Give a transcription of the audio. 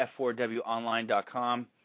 f4wonline.com